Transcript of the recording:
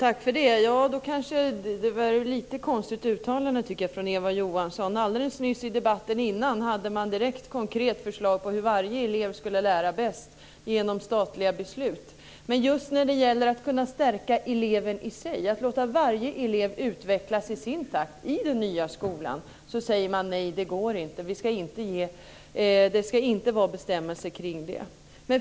Herr talman! Det är ett lite konstigt uttalande från Eva Johansson. Alldeles nyss i debatten innan hade man direkt konkret förslag på hur varje elev skulle lära bäst genom statliga beslut. Men just när det gäller att stärka eleven i sig, att låta varje elev utvecklas i sin takt i den nya skolan, säger man: Nej, det går inte. Det ska inte vara bestämmelser kring det.